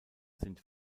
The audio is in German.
sind